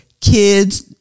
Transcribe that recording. kids